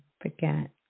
Forget